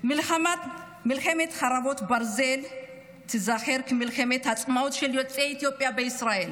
מלחמת חרבות ברזל תיזכר כמלחמת העצמאות של יוצאי אתיופיה בישראל,